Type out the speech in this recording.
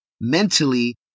mentally